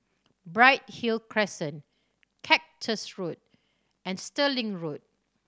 Bright Hill Crescent Cactus Road and Stirling Road